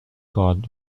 guard